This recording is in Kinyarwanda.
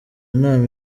nama